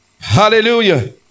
Hallelujah